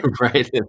Right